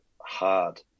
hard